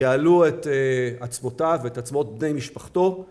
יעלו את עצמותיו ואת עצמות בני משפחתו